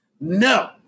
No